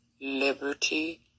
liberty